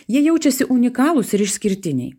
jie jaučiasi unikalūs ir išskirtiniai